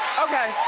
okay.